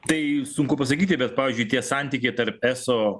tai sunku pasakyti bet pavyzdžiui tie santykiai tarp eso